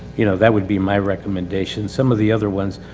you know, that would be my recommendation. some of the other ones,